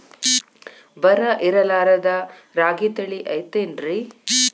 ಬರ ಇರಲಾರದ್ ರಾಗಿ ತಳಿ ಐತೇನ್ರಿ?